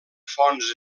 fonts